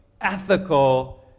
ethical